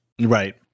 Right